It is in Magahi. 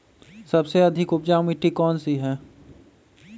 सबसे अधिक उपजाऊ मिट्टी कौन सी हैं?